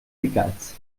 picats